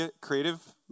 creative